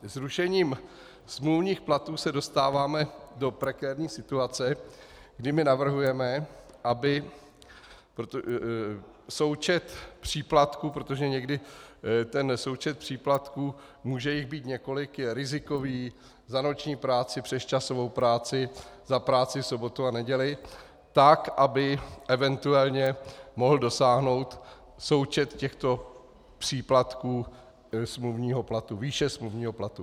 Zrušením smluvních platů se dostáváme do prekérní situace, kdy my navrhujeme, aby součet příplatků, protože někdy součet příplatků, může jich být několik, je rizikový, za noční práci, přesčasovou práci, za práci v sobotu a neděli, tak aby eventuálně mohl dosáhnout součet těchto příplatků výše smluvního platu.